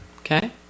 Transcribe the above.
Okay